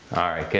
alright, good,